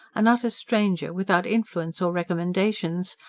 an utter stranger, without influence or recommendations,